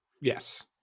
Yes